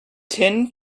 tin